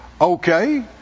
Okay